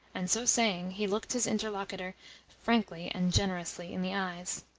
and, so saying, he looked his interlocutor frankly and generously in the eyes.